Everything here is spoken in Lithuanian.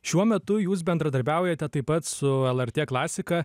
šiuo metu jūs bendradarbiaujate taip pat su lrt klasika